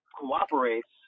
cooperates